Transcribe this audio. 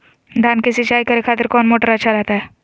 धान की सिंचाई करे खातिर कौन मोटर अच्छा रहतय?